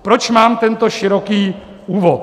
Proč mám tento široký úvod.